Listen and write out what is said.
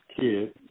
kid